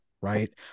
right